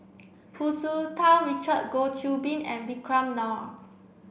Hu Tsu Tau Richard Goh Qiu Bin and Vikram Nair